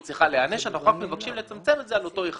היא צריכה להיענש על כך אבל אנחנו מבקשים לצמצם את זה לגבי אותו אחד.